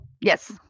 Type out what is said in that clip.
Yes